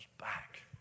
back